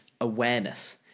awareness